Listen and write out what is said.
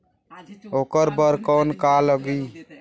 ओकर बर कौन का लगी?